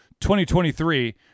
2023